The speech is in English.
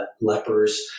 lepers